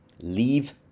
Leave